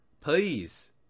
please